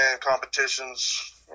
competitions